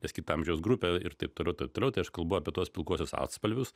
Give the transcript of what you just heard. nes kita amžiaus grupė ir taip toliau ir taip toliau tai aš kalbu apie tuos pilkuosius atspalvius